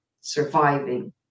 surviving